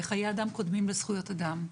שחיי אדם קודמים לזכויות אדם.